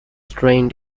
trained